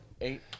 eight